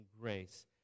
grace